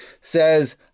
says